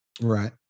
Right